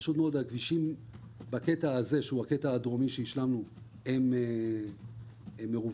פשוט הכבישים בקטע הזה שהשלמנו הם מרווחים.